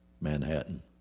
manhattan